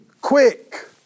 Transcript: quick